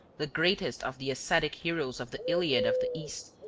the greatest of the ascetic heroes of the iliad of the east,